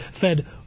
fed